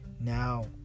now